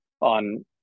on